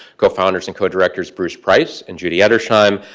co-founders and co directors, bruce price and judy edersheim,